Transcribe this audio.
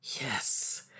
Yes